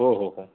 हो हो हो